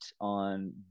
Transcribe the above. on